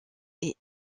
est